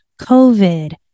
COVID